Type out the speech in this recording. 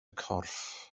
corff